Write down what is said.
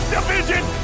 Division